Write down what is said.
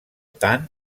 tant